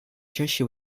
чаще